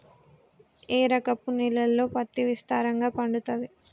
ఏ రకపు నేలల్లో పత్తి విస్తారంగా పండుతది?